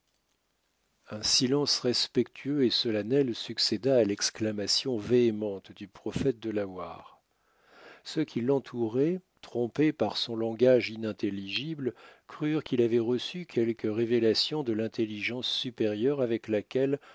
un silence respectueux et solennel succéda à l'exclamation véhémente du prophète delaware ceux qui l'entouraient trompés par son langage inintelligible crurent qu'il avait reçu quelque révélation de l'intelligence supérieure avec laquelle